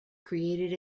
created